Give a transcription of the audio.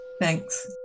Thanks